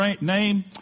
name